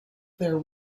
there